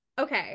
okay